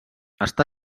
està